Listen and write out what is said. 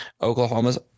Oklahoma's